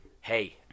hey